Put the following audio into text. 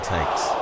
Takes